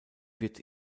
wird